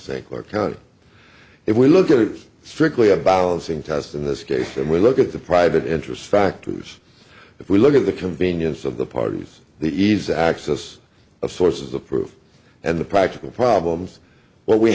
st clair county if we look at it strictly a balancing test in this case and we look at the private interest factors if we look at the convenience of the parties the ease of access of sources of proof and the practical problems what we